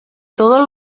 todo